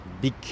big